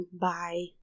bye